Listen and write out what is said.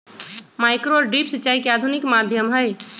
micro और drip सिंचाई के आधुनिक माध्यम हई